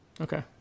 okay